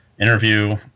interview